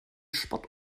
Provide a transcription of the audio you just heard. spott